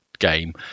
game